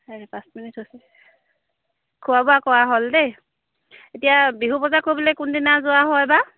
হেনে পাঁচ মিনিট হৈছে খোৱা বোৱা কৰা হ'ল দেই এতিয়া বিহু বজাৰ কৰিবলৈ কোনদিনা যোৱা হয় বা